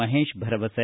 ಮಹೇಶ್ ಭರವಸೆ